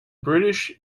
british